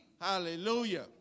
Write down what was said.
Hallelujah